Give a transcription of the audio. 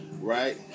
Right